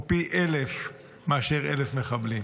הוא פי אלף מאשר 1,000 מחבלים.